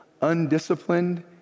Undisciplined